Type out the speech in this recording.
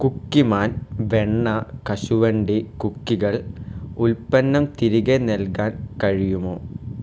Cookieman വെണ്ണ കശുവണ്ടി കുക്കികൾ ഉൽപ്പന്നം തിരികെ നൽകാൻ കഴിയുമോ